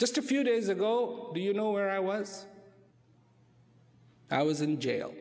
just a few days ago you know where i was i was in jail